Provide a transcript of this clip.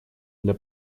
для